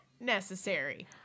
necessary